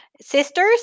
sisters